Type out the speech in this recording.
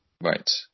Right